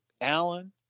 Allen